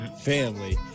family